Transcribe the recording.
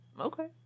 Okay